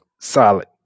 solid